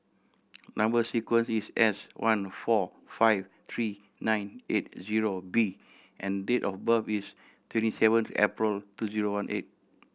number sequence is S one four five three nine eight zero B and date of birth is twenty seventh April two zero one eight